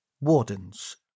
Wardens